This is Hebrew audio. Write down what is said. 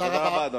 תודה רבה,